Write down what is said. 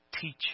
teach